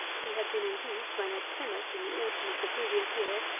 he had been induced, when at plymouth in the autumn of the previous year,